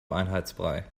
einheitsbrei